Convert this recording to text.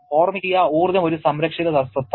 ഓർമ്മിക്കുക ഊർജ്ജം ഒരു സംരക്ഷിത സ്വത്താണ്